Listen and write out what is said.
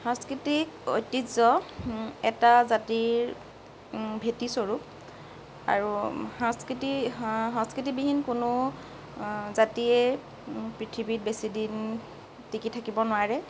সাংস্কৃতিক ঐতিহ্য এটা জাতিৰ ভেঁটি স্বৰূপ আৰু সংস্কৃতি সংস্কৃতিবিহীন কোনো জাতিয়ে পৃথিৱীত বেছিদিন টিকি থাকিব নোৱাৰে